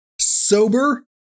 Sober